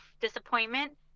disappointment